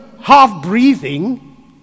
half-breathing